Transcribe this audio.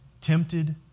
Tempted